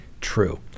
true